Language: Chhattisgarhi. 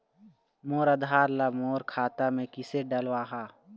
मोर आधार ला मोर खाता मे किसे डलवाहा?